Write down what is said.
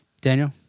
Daniel